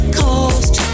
cost